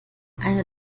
eine